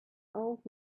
old